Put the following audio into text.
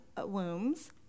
wombs